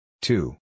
Two